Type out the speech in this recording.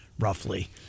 Roughly